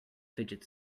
fidget